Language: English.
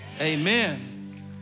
amen